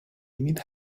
need